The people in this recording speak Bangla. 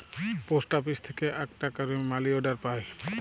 পোস্ট আপিস থেক্যে আকটা ক্যারে মালি অর্ডার পায়